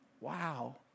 Wow